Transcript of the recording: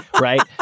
Right